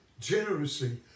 generously